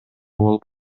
болуп